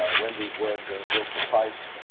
wendy's words will suffice.